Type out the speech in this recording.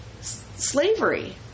slavery